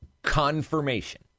confirmation